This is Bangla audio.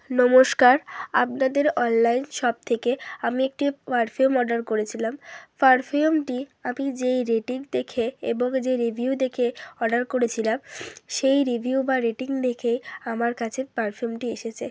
নমস্কার আপনাদের অললাইন শপ থেকে আমি একটি পারফিউম অর্ডার করেছিলাম পারফিউমটি আমি যেই রেটিং দেখে এবং যে রিভিউ দেখে অর্ডার করেছিলাম সেই রিভিউ বা রেটিং দেখে আমার কাছে পারফিউমটি এসেছে